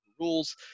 rules